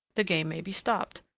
the game may be stopped.